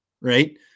right